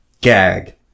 GAG